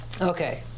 Okay